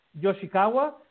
Yoshikawa